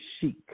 chic